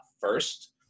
first